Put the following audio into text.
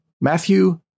Matthew